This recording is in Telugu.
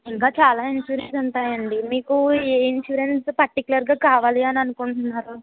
ఇంకా చాలా ఇన్సురెన్సులు ఉంటాయండి మీకు ఏ ఇన్సురెన్స్ పర్టికులర్గా కావాలి అని అనుకుంటున్నారు